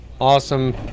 Awesome